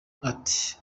ati